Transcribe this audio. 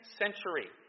century